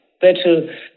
better